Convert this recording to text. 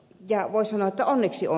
ja voi sanoa että onneksi on